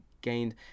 gained